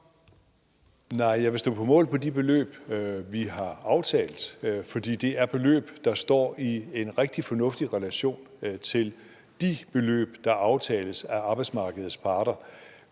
Nej, jeg vil stå på mål for de beløb, vi har aftalt. For det er beløb, der står i en rigtig fornuftig relation til de beløb, der aftales af arbejdsmarkedets parter.